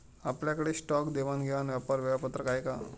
आपल्याकडे स्टॉक देवाणघेवाण व्यापार वेळापत्रक आहे का?